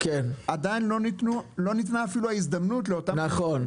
עדין לא ניתנה אפילו ההזדמנות לאותם -- נכון.